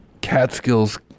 catskills